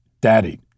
daddy